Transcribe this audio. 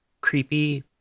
creepy